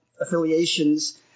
affiliations